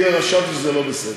כי חשבתי שזה לא בסדר.